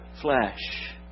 flesh